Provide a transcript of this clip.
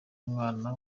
n’umwana